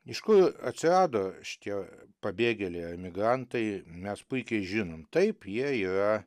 iš kur atsirado šitie pabėgėliai emigrantai mes puikiai žinom taip jie yra